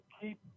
keep